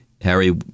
Harry